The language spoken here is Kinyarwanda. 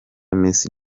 miss